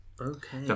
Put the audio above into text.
Okay